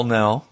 now